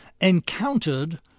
encountered